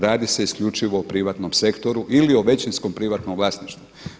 Radi se isključivo o privatnom sektoru ili o većinskom privatnom vlasništvu.